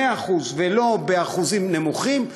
ולא באחוזים נמוכים,